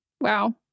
wow